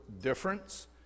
difference